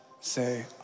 say